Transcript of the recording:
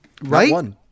Right